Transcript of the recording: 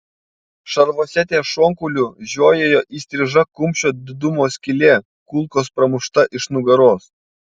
šarvuose ties šonkauliu žiojėjo įstriža kumščio didumo skylė kulkos pramušta iš nugaros